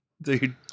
Dude